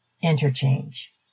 Interchange